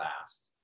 last